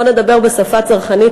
בואו נדבר בשפה צרכנית,